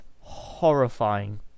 horrifying